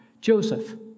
Joseph